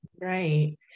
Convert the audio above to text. right